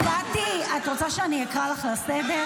--- קטי, את רוצה שאני אקרא אותך לסדר?